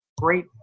great